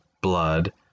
blood